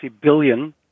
billion